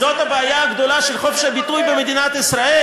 זאת הבעיה הגדולה של חופש הביטוי במדינת ישראל?